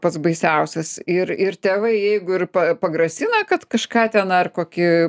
pats baisiausias ir ir tėvai jeigu ir pagrasina kad kažką ten ar kokį